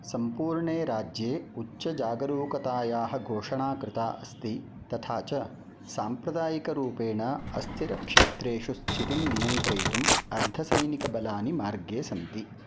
सम्पूर्णे राज्ये उच्चजागरूकतायाः घोषणा कृता अस्ति तथा च साम्प्रदायिकरूपेण अस्थिरक्षेत्रेषु स्थितिं नियन्त्रयितुम् अर्धसैनिकबलानि मार्गे सन्ति